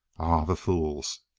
the fools!